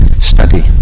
study